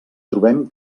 trobem